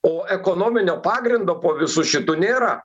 o ekonominio pagrindo po visu šitu nėra